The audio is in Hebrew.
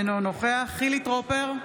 אינו נוכח חילי טרופר,